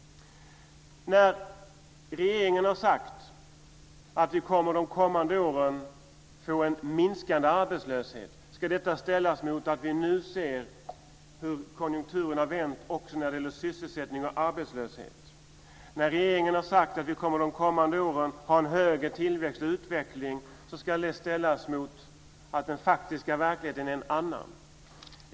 Att regeringen har sagt att vi de kommande åren kommer att få en minskande arbetslöshet ska ställas mot att vi nu ser hur konjunkturen har vänt också när det gäller sysselsättning och arbetslöshet. Att regeringen har sagt att vi de kommande åren kommer att ha en högre tillväxt och utveckling ska ställas mot att den faktiska verkligheten är en annan.